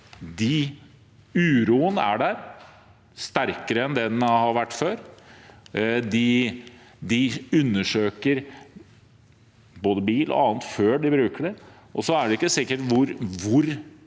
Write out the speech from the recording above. at uroen er der, sterkere enn det den har vært før. De undersøker både bil og annet før de bruker det. Det er ikke sikkert hvor